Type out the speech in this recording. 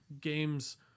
games